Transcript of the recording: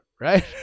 right